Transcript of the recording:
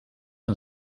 een